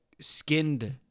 skinned